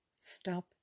Stop